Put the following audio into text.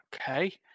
okay